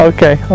Okay